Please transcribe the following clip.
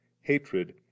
hatred